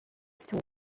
store